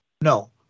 No